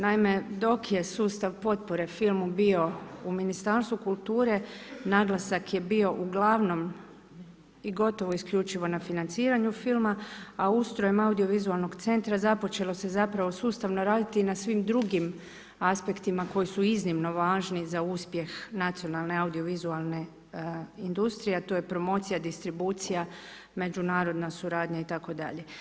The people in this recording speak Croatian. Naime, dok je sustav potpore film bio u Ministarstvu kulture, naglasak je bio ugl. i gotovo isključivo na financiranju filma, a ustroj audiovizualnog centra, započelo se zapravo sustavno raditi na svim drugim aspektima koji su iznimno važni za uspjeh nacionalne audiovizualne industrije, a to je promocija distribucija, međunarodna suradnja itd.